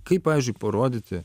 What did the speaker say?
kaip pavyzdžiui parodyti